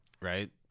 right